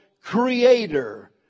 Creator